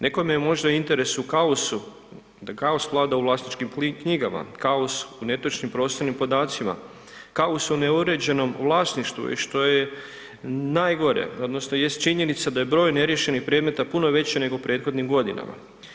Nekome je možda interes u kaosu, da kaos vlada u vlasničkim knjigama, kaos u netočnim prostornim podacima, kaos u neuređenom vlasništvu, i što je najgore, odnosno jest činjenica da je broj neriješenih predmeta puno veći nego u prethodnim godinama.